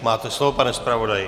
Máte slovo, pane zpravodaji.